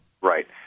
Right